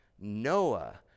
Noah